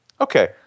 Okay